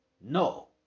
No